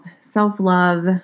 self-love